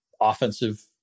offensive